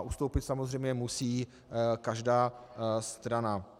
Ustoupit samozřejmě musí každá strana.